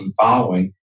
following